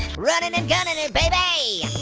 running and gunning it, baby,